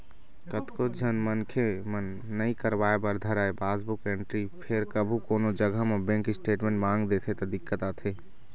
कतको झन मनखे मन नइ करवाय बर धरय पासबुक एंटरी फेर कभू कोनो जघा म बेंक स्टेटमेंट मांग देथे त दिक्कत आथे